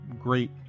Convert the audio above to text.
great